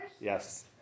Yes